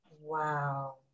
Wow